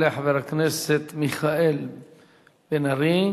יעלה חבר הכנסת מיכאל בן-ארי,